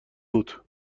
بود